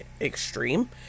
extreme